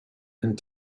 and